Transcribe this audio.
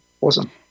awesome